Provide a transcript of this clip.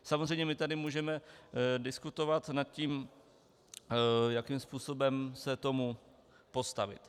Samozřejmě my tady můžeme diskutovat nad tím, jakým způsobem se tomu postavit.